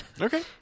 okay